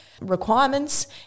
requirements